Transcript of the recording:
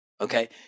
Okay